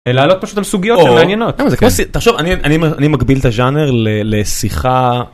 אלא לעלות פשוט על סוגיות שמעניינות, תחשוב זה כמו, אני מקביל את הג'אנר לשיחה...